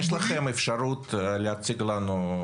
יש שני מסלולים, כפי שאמרה יושבת ראש הוועדה.